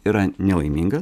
yra nelaimingas